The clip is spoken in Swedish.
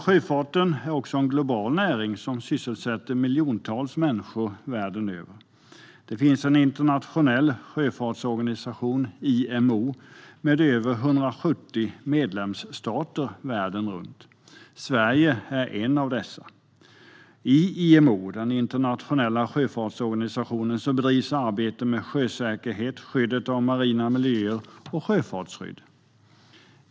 Sjöfarten är också en global näring som sysselsätter miljontals människor världen över. Det finns en internationell sjöfartsorganisation, IMO, med över 170 medlemsstater världen runt. Sverige är en av dessa. I IMO bedrivs arbete med sjösäkerhet, skyddet av marina miljöer och sjöfartsskydd.